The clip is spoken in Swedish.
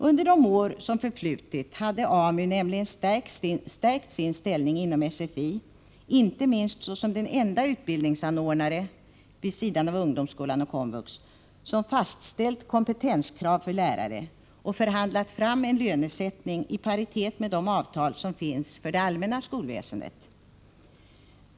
Under de år som hunnit förflyta hade AMU nämligen stärkt sin ställning inom SFI — inte minst i egenskap av den enda utbildningsanordnare, vid sidan av ungdomsskolan och komvux, som fastställt kompetenskrav för lärarna och förhandlat fram en lönesättning i paritet med de avtal som finns för det allmänna skolväsendet.